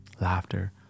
laughter